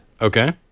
Okay